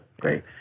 great